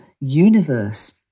universe